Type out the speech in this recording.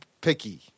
picky